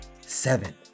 Seven